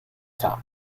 top